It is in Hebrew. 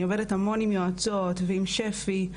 אני עובדת המון עם יועצות ועם שפ"י.